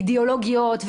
אידיאולוגיות,